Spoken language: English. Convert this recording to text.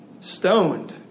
stoned